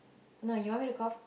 no you want me to cough